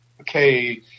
okay